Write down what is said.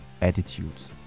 attitudes